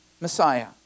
Messiah